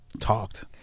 talked